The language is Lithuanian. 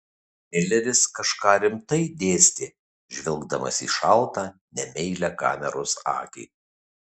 mileris kažką rimtai dėstė žvelgdamas į šaltą nemeilią kameros akį